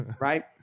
right